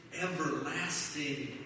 everlasting